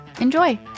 Enjoy